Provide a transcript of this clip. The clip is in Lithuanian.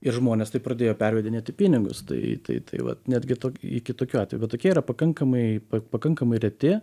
ir žmonės taip pradėjo pervedinėti pinigus tai tai tai vat netgi tok iki tokių atveju bet tokie yra pakankamai pakankamai reti